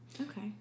Okay